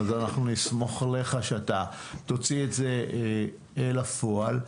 אנחנו נסמוך עליך שאתה תוציא את זה אל הפועל.